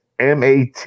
mat